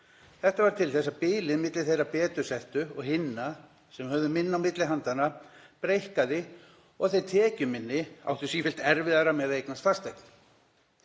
Þetta varð til þess að bilið milli þeirra betur settu og hinna sem höfðu minna milli handanna breikkaði og þeir tekjuminni áttu sífellt erfiðara með að eignast fasteign.